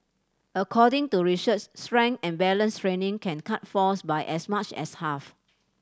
according to research strength and balance training can cut falls by as much as half